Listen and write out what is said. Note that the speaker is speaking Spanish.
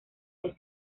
les